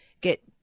get